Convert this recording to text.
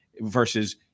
versus